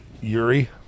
Uri